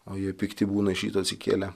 o jie pikti būna iš ryto atsikėlę